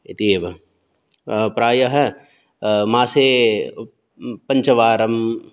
इति एव प्रायः मासे पञ्चवारं